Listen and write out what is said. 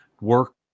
work